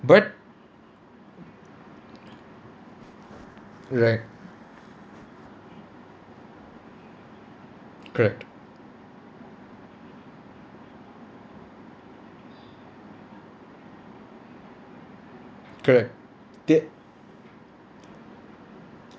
but right correct correct they